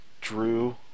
drew